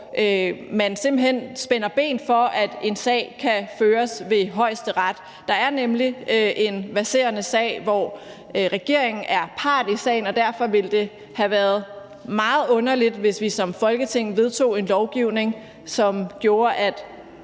man simpelt hen spænder ben for, at en sag kan føres ved Højesteret. Der er nemlig en verserende sag, hvor regeringen er part i sagen, og derfor ville det have været meget underligt, hvis vi som Folketing vedtog en lovgivning, som gjorde, at